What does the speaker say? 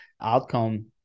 outcome